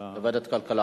לוועדת כלכלה.